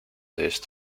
these